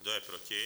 Kdo je proti?